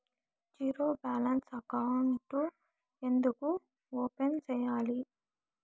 zero balance అకౌంట్లు ఎందుకు open సేయాలి